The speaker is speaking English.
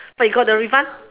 but you got the refund